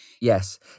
Yes